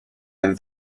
and